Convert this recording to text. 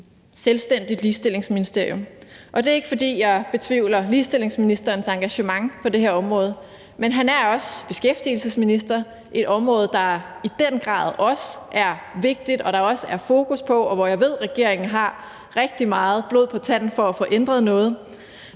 selvstændigt ligestillingsministerium, og det er ikke, fordi jeg betvivler ligestillingsministerens engagement på det her område, men han er også beskæftigelsesminister, et område, der i den grad også er vigtigt, og som der også er fokus på, og hvor jeg ved regeringen har rigtig meget blod på tanden for at få ændret noget.